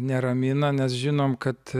neramina nes žinom kad